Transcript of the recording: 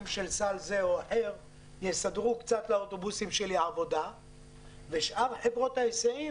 של סל זה או אחר יסדרו קצת עבודה לאוטובוסים שלי ושאר חברות ההיסעים